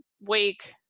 Wake –